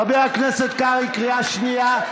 חבר הכנסת קרעי, קריאה שנייה.